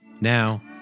Now